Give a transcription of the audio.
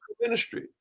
ministry